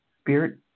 spirit